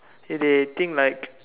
they think like